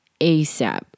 ASAP